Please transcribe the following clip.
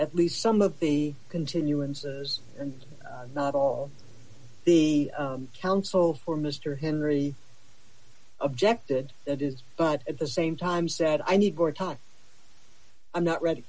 at least some of the continuances and not all the counsel for mister henry objected that is at the same time said i need more time i'm not ready